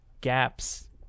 gaps